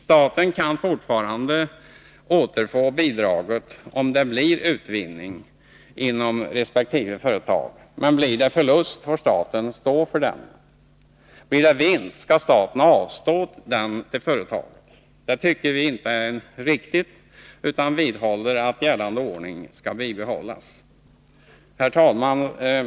Staten kan fortfarande återfå bidraget om det blir utvinning inom resp. företag, men blir det förlust får staten stå för denna. Blir det vinst, skall staten avstå den till företaget. Det tycker vi inte är riktigt, utan vidhåller att gällande ordning skall bibehållas. Herr talman!